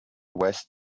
west